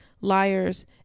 liars